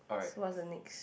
so what's the next